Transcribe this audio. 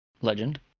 Legend